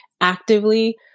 actively